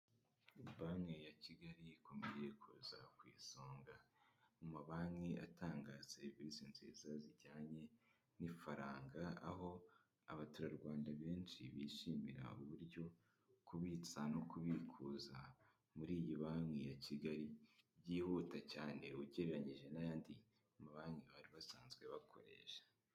Banki ya kigali ikomeje kuza ku isonga mu mabanki atanga serivisi nziza zijyanye n'ifaranga aho abaturarwanda benshi bishimira uburyo kubitsa no kubikuza muri iyi banki ya kigali byihuta cyane ugereranyije n'anyandi mabanki bari basanzwe bakoresha.